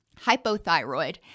hypothyroid